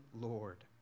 Lord